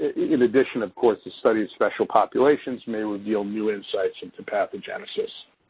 in addition, of course, to study special populations may revi new insights into pathogenesis.